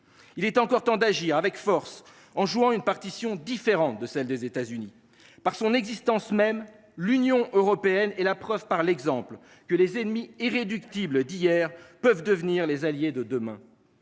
Il est encore temps d’agir avec force en jouant une partition différente de celle des États Unis. Par son existence même, l’Union européenne fait la preuve que les ennemis irréductibles d’hier peuvent devenir les alliés de demain.